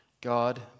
God